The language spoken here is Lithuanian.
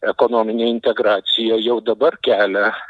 ekonominė integracija jau dabar kelia